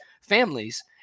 families